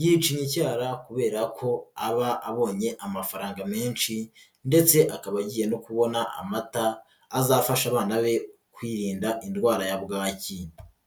yicinya icyara kubera ko aba abonye amafaranga menshi ndetse akaba agiye no kubona amata azafasha abana be kwirinda indwara ya bwaki.